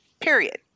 Period